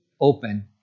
open